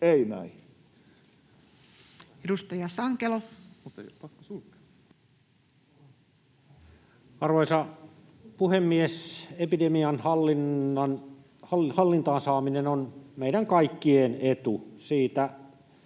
Time: 21:01 Content: Arvoisa puhemies! Epidemian hallintaan saaminen on meidän kaikkien etu. Siitä